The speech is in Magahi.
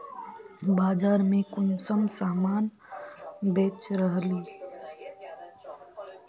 बाजार में कुंसम सामान बेच रहली?